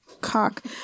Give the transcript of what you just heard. cock